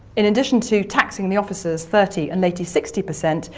in addition to taxing the officers thirty and later sixty per cent,